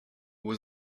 was